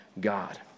God